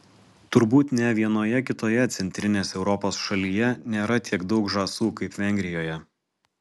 turbūt nė vienoje kitoje centrinės europos šalyje nėra tiek daug žąsų kaip vengrijoje